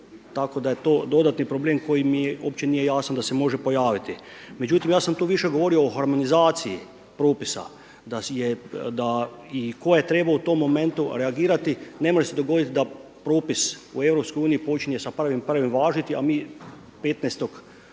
tako da je to dodatni problem koji mi uopće nije jasan da se može pojaviti. Međutim, ja sa tu više govorio o harmonizaciji propisa i tko je trebao u tom momentu reagirati. Ne može se dogoditi da propis u EU počinje sa 1.1. važiti, a mi 15. siječnja